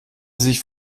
sich